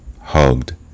hugged